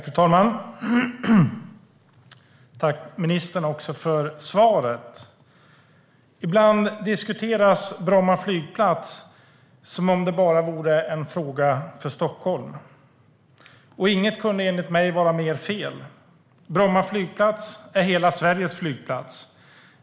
Fru talman! Tack, ministern, för svaret! Ibland diskuteras Bromma flygplats som om det vore en fråga bara för Stockholm. Inget kunde enligt mig vara mer fel. Bromma flygplats är hela Sveriges flygplats.